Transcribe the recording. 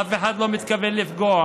אף אחד לא מתכוון לפגוע.